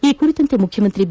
ಈ ಕುರಿತಂತೆ ಮುಖ್ಯಮಂತ್ರಿ ಬಿ